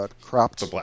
Cropped